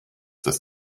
das